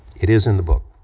it is in the book.